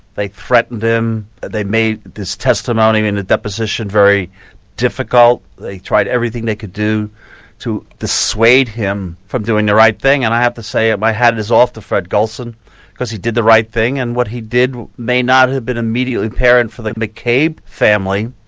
they threaten them, they made this testimony in that that position very difficult, they tried everything they could do to dissuade him from doing the right thing, and i have to say my hat is off to fred gulson because he did the right thing and what he did may not have been immediately apparent for the mccabe family,